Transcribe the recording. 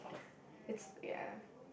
it's yeah